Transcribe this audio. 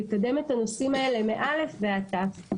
שיקדם את הנושאים האלה מא' ועד ת'.